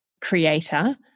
creator